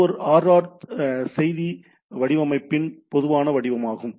இது ஒரு ஆர்ஆர் செய்தி வடிவமைப்பின் பொதுவான வடிவமாகும்